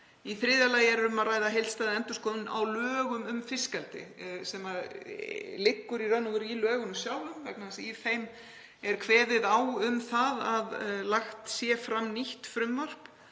Í þriðja lagi er um að ræða heildstæða endurskoðun á lögum um fiskeldi sem liggur í raun og veru í lögunum sjálfum vegna þess að í þeim er kveðið á um að lagt sé fram nýtt frumvarp